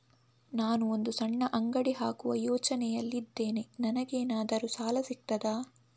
ನಾನು ಒಂದು ಸಣ್ಣ ಅಂಗಡಿ ಹಾಕುವ ಯೋಚನೆಯಲ್ಲಿ ಇದ್ದೇನೆ, ನನಗೇನಾದರೂ ಸಾಲ ಸಿಗ್ತದಾ?